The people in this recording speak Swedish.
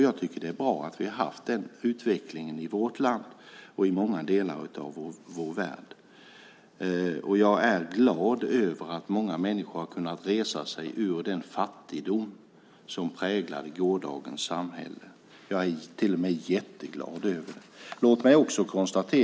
Jag tycker att det är bra att vi har haft den utvecklingen i vårt land och i många delar av vår värld. Jag är glad över att många människor har kunnat resa sig ur den fattigdom som präglade gårdagens samhälle. Jag är till och med jätteglad över det.